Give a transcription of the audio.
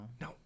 No